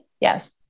Yes